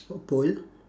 oh pole